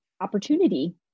opportunity